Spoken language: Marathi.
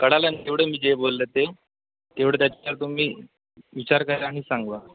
कळलं ना तेवढे मी जे बोललं ते तेवढं त्याच्यावर तुम्ही विचार करा आणि सांगा